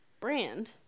brand